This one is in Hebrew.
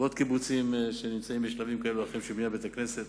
ויש עוד קיבוצים שנמצאים בשלבים כאלה ואחרים של בניית בית-כנסת.